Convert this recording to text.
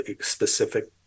specific